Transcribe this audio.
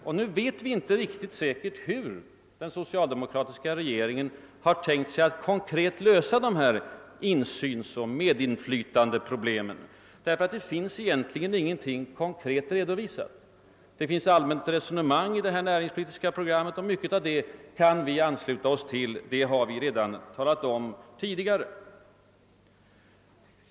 Vi vet inte riktigt säkert hur den socialdemokratiska regeringen har tänkt sig att konkret lösa dessa insynsoch medinflytandeproblem — det finns ännu ingenting konkret redovisat. Det finns endast allmänna resonemang i det näringspolitiska programmet, och mycket av vad som står där kan vi ansluta oss till. Det har vi redan tidigare talat om.